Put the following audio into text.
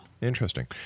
interesting